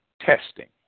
testing